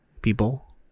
people